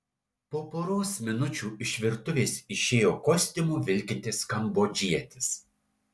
po poros minučių iš virtuvės išėjo kostiumu vilkintis kambodžietis